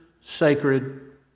sacred